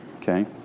Okay